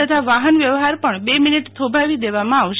તથા વાહન વ્યવહાર પણ બે મિનિટ થોભાવી દેવામાં આવશે